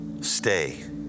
stay